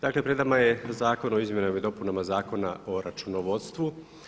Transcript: Dakle pred nama je zakon o izmjenama i dopunama Zakona o računovodstvu.